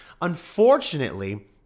unfortunately